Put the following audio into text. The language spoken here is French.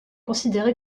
considéré